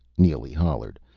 nelly hollered.